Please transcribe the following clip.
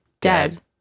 dead